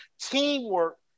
Teamwork